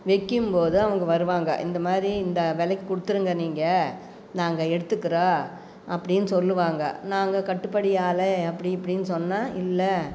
வைக்கிம்போது அவங்க வருவாங்க இந்த மாதிரி இந்த வெலைக்கு கொடுத்துருங்க நீங்கள் நாங்கள் எடுத்துக்கிறோம் அப்படின்னு சொல்வாங்க நாங்கள் கட்டுப்படியாகல அப்படி இப்படின்னு சொன்னால் இல்லை